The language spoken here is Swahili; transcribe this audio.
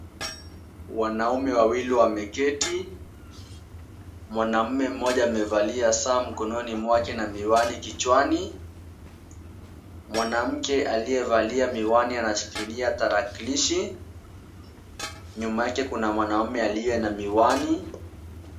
Wanaume wawili wameketi. Mwanamume mmoja amevalia saa mkononi mwake na miwani kichwani. Mwanamke aliyevalia miwani anashikilia tarakilishi. Nyuma yake kuna mwanamume aliye na miwani.